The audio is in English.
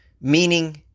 Meaning